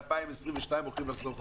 ב-2022 יחזרו חזרה.